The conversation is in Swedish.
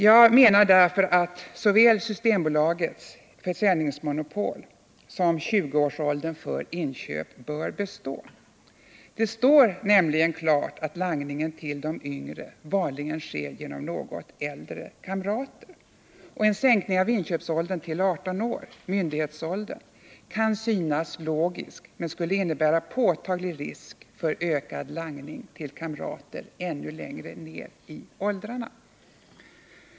Jag menar därför att såväl Systembolagets försäljningsmonopol som 20-årsgränsen för inköp bör bestå. Det står nämligen klart att langningen till de yngre vanligen sker genom något äldre kamrater. En sänkning av inköpsåldern till 18 år, myndighetsåldern, kan synas logisk men skulle innebära påtaglig risk för ökad langning till kamrater ännu längre ner i åldrarna.